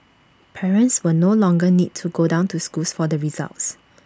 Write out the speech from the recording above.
parents will no longer need to go down to schools for the results